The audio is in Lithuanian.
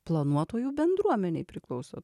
planuotojų bendruomenei priklausot